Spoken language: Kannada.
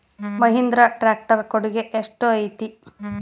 ಮಹಿಂದ್ರಾ ಟ್ಯಾಕ್ಟ್ ರ್ ಕೊಡುಗೆ ಎಷ್ಟು ಐತಿ?